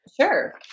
Sure